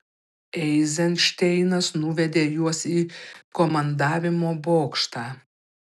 eizenšteinas nuvedė juos į komandavimo bokštą